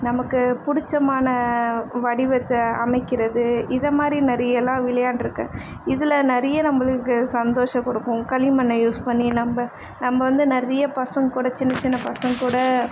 நமக்கு பிடிச்சமான வடிவத்தை அமைக்கிறது இதை மாதிரி நிறைய எல்லாம் விளையாண்டிருக்கேன் இதில் நிறைய நம்மளுக்கு சந்தோஷம் கொடுக்கும் களிமண்ணை யூஸ் பண்ணி நம்ம நம்ம வந்து நிறைய பசங்கள் கூட சின்ன சின்ன பசங்கள் கூட